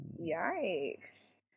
yikes